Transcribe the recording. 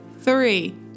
three